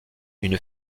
une